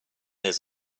his